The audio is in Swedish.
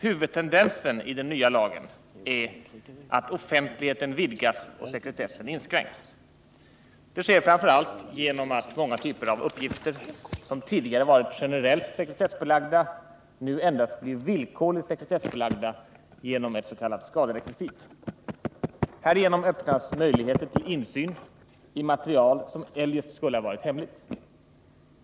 Huvudtendensen i den nya lagen är att offentligheten vidgas och sekretessen inskränks. Det sker framför allt genom att många typer av uppgifter som tidigare varit generellt sekretessbelagda nu endast blir villkorligt sekretessbelagda genom ett s.k. skaderekvisit. Härigenom öppnas möjligheter till insyn i material som eljest skulle ha varit hemligt.